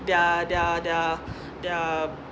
their their their their